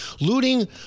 Looting